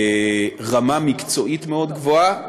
רמה מקצועית מאוד גבוהה,